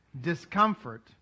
discomfort